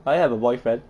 I have a boyfriend